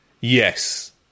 Yes